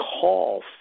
call